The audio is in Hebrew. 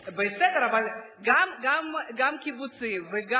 בסדר, אבל גם קיבוצים וגם